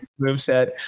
Moveset